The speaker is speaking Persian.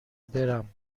برم